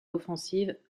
l’offensive